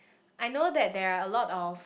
I know that there are a lot of